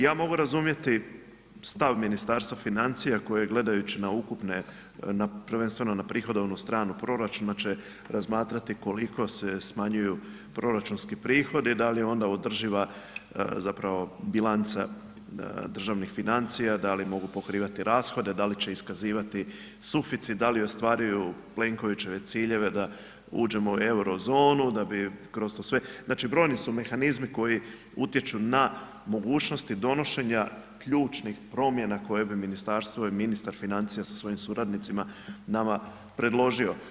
Ja mogu razumjeti stav Ministarstva financija koje gledajući na ukupne, na prvenstveno na prihodovnu stranu proračuna će razmatrati koliko se smanjuju proračunski prihodi, da li je onda održiva zapravo bilanca državnih financija, da li mogu pokrivati rashode, da li će iskazivati suficit, da li ostvaruju Plenkovićeve ciljeve da uđemo u euro zonu da bi kroz to sve, znači brojni su mehanizmi koji utječu na mogućnosti donošenja ključnih promjena koje bi ministarstvo i ministar financija sa svojim suradnicima nama predložio.